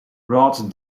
rods